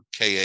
ka